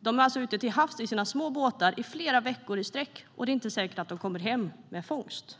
De är alltså ute till havs i sina små båtar i flera veckor i sträck, och det är inte säkert att de kommer hem med fångst.